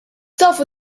tafu